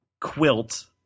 quilt